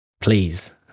Please